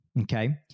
Okay